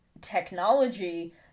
technology